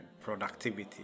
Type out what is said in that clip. productivity